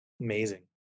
Amazing